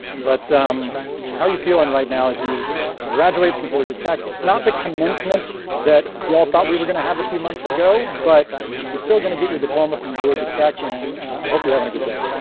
but um how are you feeling right now, as you graduate from georgia tech, it's not the commencement that was i thought we were gonna have a few months ago, but you're still gonna get your diploma from georgia tech and i hope you're having a good day.